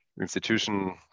institution